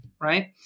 Right